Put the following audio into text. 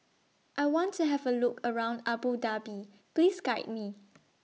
I want to Have A Look around Abu Dhabi Please Guide Me